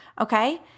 okay